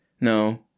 No